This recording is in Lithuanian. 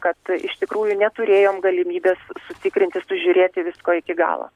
kad iš tikrųjų neturėjom galimybės sutikrinti sužiūrėti visko iki galo